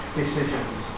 decisions